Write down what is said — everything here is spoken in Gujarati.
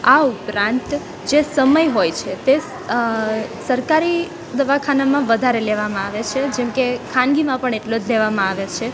આ ઉપરાંત જે સમય હોય છે તે સરકારી દવાખાનામાં વધારે લેવામાં આવે છે જેમકે ખાનગીમાં પણ એટલો જ લેવામાં આવે છે